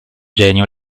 genio